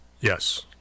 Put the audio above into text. Yes